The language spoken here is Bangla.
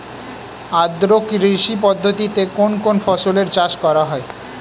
আদ্র কৃষি পদ্ধতিতে কোন কোন ফসলের চাষ করা হয়?